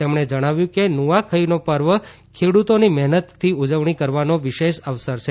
તેમણે જણાવ્યું કે નુઆખઈનો પર્વ ખેડૂતોની મહેનતથી ઉજવણી કરવાનો વિશેષ અવસર છે